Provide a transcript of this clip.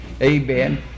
Amen